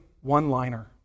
one-liner